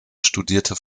studierte